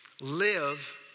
Live